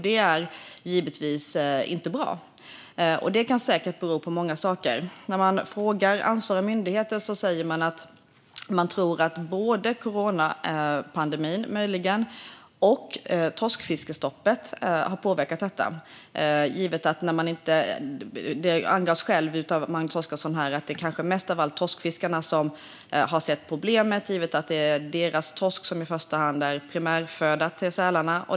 Det är givetvis inte bra. Detta kan säkert bero på många saker. När man frågar ansvariga myndigheter säger de att de tror att både coronapandemin, möjligen, och torskfiskestoppet har påverkat detta. Magnus Oscarsson nämnde själv att det kanske mest av allt är torskfiskarna som har sett problemet, givet att det är deras torsk som är primärföda för sälarna.